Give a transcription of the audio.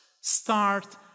start